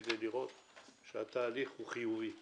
כדי לראות שהתהליך הוא חיובי ונכון,